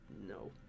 no